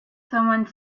someone